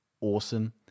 awesome